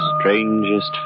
strangest